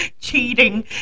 cheating